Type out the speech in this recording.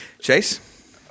Chase